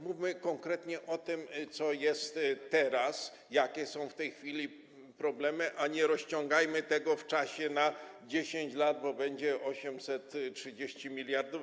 Mówmy konkretnie o tym, co jest teraz, jakie są w tej chwili problemy, a nie rozciągajmy tego w czasie, na 10 lat, bo będzie 830 mld.